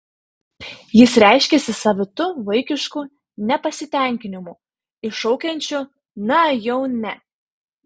jis reiškiasi savitu vaikišku nepasitenkinimu iššaukiančiu na jau ne